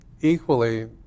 equally